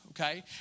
okay